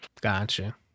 Gotcha